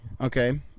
Okay